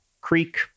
creek